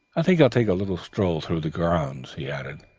i think i'll take a little stroll through the grounds, he added,